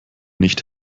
nicht